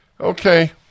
Okay